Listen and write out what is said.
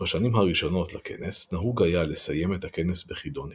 בשנים הראשונות לכנס נהוג היה לסיים את הכנס בחידון היתולי,